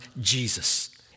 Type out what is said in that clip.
Jesus